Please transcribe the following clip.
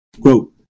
Quote